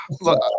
Look